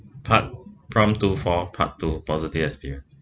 part prompt two four part two positive experience